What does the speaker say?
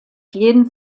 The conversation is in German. jeden